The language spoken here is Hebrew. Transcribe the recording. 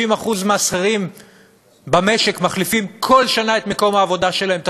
30% מהשכירים במשק מחליפים כל שנה את מקום העבודה שלהם.